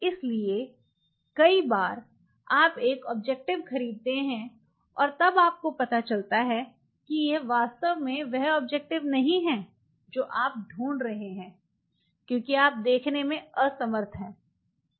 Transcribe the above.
इसलिए कई बार आप एक ऑब्जेक्टिव खरीदते हैं और तब आपको पता चलता है कि यह वास्तव में वह ऑब्जेक्टिव नहीं है जो आप ढूंढ रहे हैं क्योंकि आप देखने में असमर्थ हैं